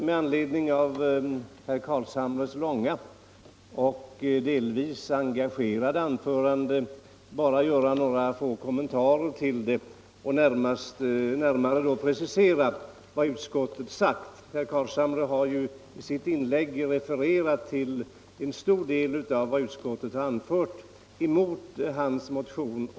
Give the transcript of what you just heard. Herr talman! Jag vill göra några få kommentarer till herr Carlshamres långa och delvis engagerade anförande och närmare precisera vad utskottet sagt. Herr Carlshamre har ju i sitt inlägg refererat till en stor del av vad utskottet anfört emot hans motion.